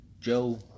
Joe